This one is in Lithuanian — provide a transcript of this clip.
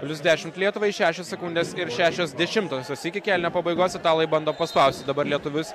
plius dešimt lietuvai šešios sekundės ir šešios dešimtosios iki kėlinio pabaigos italai bando paspausti dabar lietuvius